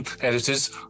editors